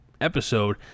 episode